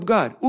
God